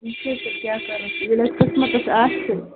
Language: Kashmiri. وٕچھو تیٚلہِ کیٛاہ کرو ییٚلہِ اسہِ قٕسمتس آسہِ